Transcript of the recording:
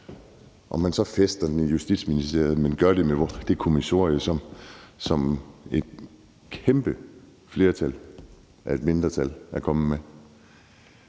Om man så fæstner det i Justitsministeriet, eller om man gør det i det kommissorie, som et kæmpe flertal af et mindretal er kommet med,